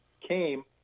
came